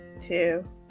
two